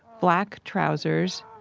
black trousers,